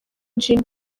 jean